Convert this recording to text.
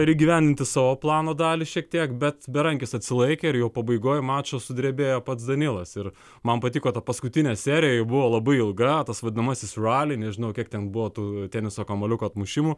ir įgyvendinti savo plano dalį šiek tiek bet berankis atsilaikė ir jau pabaigoj mačo sudrebėjo pats danilas ir man patiko ta paskutinė serija ji buvo labai ilga tas vadinamasis rali nežinau kiek ten buvo tų teniso kamuoliuko atmušimų